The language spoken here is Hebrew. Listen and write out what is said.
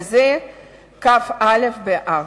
וזה כ"א באב.